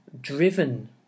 driven